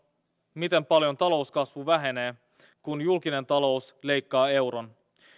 miten paljon talouskasvu vähenee kun julkinen talous leikkaa euron